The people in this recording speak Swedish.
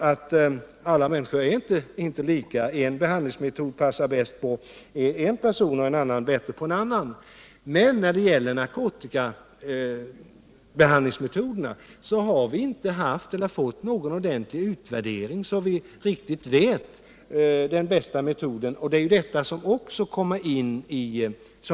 Alla människor är inte lika; en metod passar bäst på en person och en annan bäst på en annan. Jag har velat säga detta än en gång. Men när det gäller narkotikabehandlingsmetoderna har vi inte fått någon ordentlig utvärdering så att vi riktigt vet vad som är den bästa metoden.